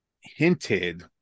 hinted